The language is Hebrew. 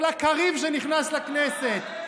כל הקריב שנכנס לכנסת,